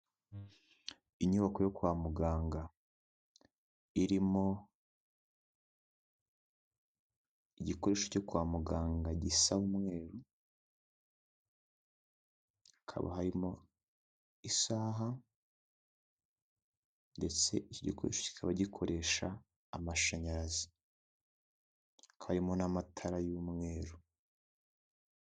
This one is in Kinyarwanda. Inyubako yo kwa muganga irimo igikoresho cyo kwa muganga gisa nk'umweru, hakaba harimo isaha ndetse iki gikoresho kikaba gikoresha amashanyarazi, hakaba harimo n'amatara y'umweru.